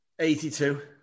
82